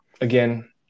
again